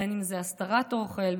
בין שזה הסתרת אוכל,